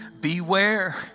beware